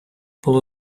було